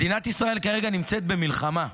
מדינת ישראל כרגע נמצאת במלחמה,